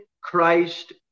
Christ